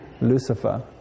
Lucifer